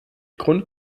grund